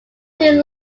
two